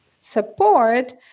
support